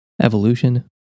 evolution